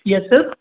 yes sir